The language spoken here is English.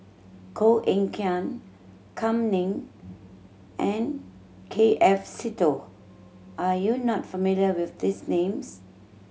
Koh Eng Kian Kam Ning and K F Seetoh are you not familiar with these names